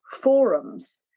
forums